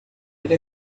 ele